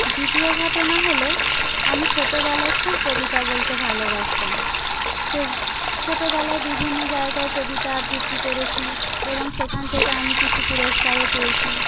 দ্বিতীয় ঘটনা হল আমি ছোটোবেলায় খুব কবিতা বলতে ভালোবাসতাম তো ছোটবেলায় বিভিন্ন জায়গায় কবিতা আবৃত্তি করেছি এবং সেখান থেকে আমি কিছু পুরস্কারও পেয়েছি